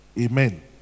Amen